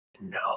No